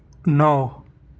نو